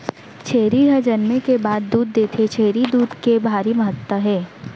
छेरी हर जनमे के बाद दूद देथे, छेरी दूद के भारी महत्ता हे